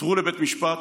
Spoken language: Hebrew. עתרנו לבית המשפט,